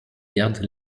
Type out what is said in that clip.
gardes